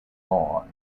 law